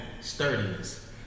sturdiness